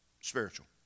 spiritual